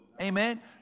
Amen